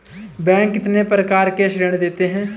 Bank कितने प्रकार के ऋण देता है?